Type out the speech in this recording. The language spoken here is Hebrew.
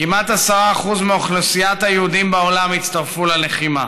כמעט 10% מאוכלוסיית היהודים בעולם הצטרפו ללחימה,